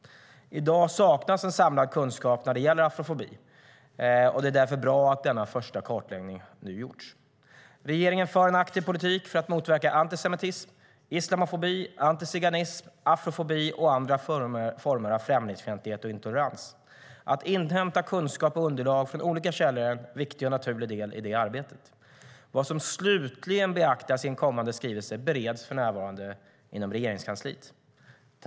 I dag saknas en samlad kunskap när det gäller afrofobi, och det är därför bra att denna första kartläggning nu har gjorts. Regeringen för en aktiv politik för att motverka antisemitism, islamofobi, antiziganism, afrofobi och andra former av främlingsfientlighet och intolerans. Att inhämta kunskap och underlag från olika källor är en viktig och naturlig del i arbetet. Vad som slutligen beaktas i en kommande skrivelse bereds för närvarande inom Regeringskansliet.